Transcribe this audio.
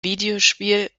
videospiel